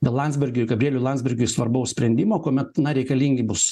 dėl landsbergiui gabrieliui landsbergiui svarbaus sprendimo kuomet na reikalingi bus